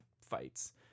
fights